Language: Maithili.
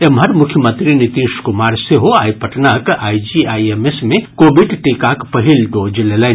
एम्हर मुख्यमंत्री नीतीश कुमार सेहो आइ पटनाक आईजीआईएमएस मे कोविड टीकाक पहिल डोज लेलनि